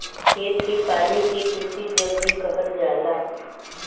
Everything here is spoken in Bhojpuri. खेत के पानी के कृषि जल भी कहल जाला